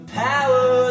power